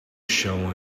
showing